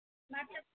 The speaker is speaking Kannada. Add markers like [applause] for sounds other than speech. [unintelligible]